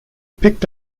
picked